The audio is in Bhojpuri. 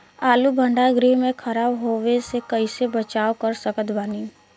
आलू भंडार गृह में खराब होवे से कइसे बचाव कर सकत बानी?